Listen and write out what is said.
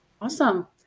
Awesome